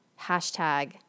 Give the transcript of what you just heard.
Hashtag